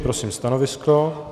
Prosím stanovisko.